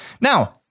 Now